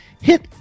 hit